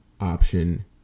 option